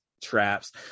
traps